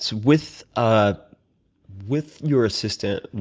so, with ah with your assistant,